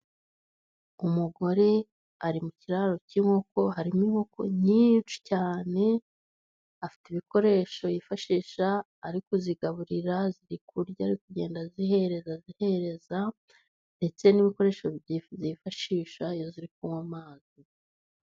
Umugore ari mu kiraro cy'inkoko harimo inkoko nyinshi cyane, afite ibikoresho yifashisha ari kuzigaburira ziri kurya, ari kugenda azihereza azihereza, ndetse n'ibikoresho zifashisha iyo ziri kunywa amazi.